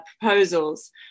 proposals